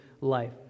life